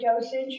dosage